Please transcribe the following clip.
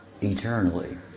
eternally